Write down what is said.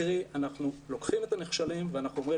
קרי אנחנו לוקחים את הנכשלים ואנחנו אומרים